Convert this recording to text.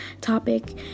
topic